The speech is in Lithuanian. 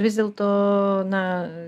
vis dėlto na